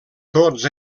tots